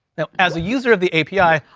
now as a user of the api,